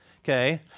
okay